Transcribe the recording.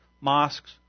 mosques